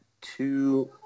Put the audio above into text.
two